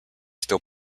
still